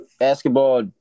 Basketball